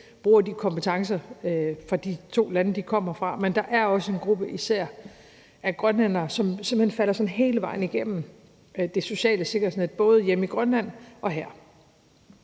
bruger de kompetencer i de to lande, de kommer fra, men der er også en gruppe, især af grønlændere, som simpelt hen falder hele vejen igennem det sociale sikkerhedsnet, både hjemme i Grønland og her.